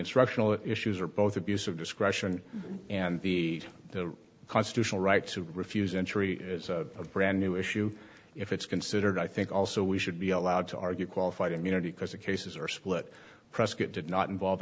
instructional issues are both abuse of discretion and be the constitutional right to refuse entry is a brand new issue if it's considered i think also we should be allowed to argue qualified immunity because the cases are split prescot did not involve